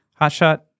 hotshot